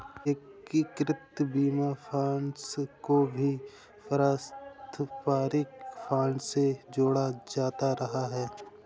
एकीकृत बीमा फंड को भी पारस्परिक फंड से ही जोड़ा जाता रहा है